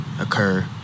occur